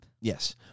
Yes